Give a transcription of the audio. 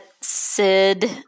Sid